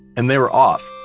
and they were off.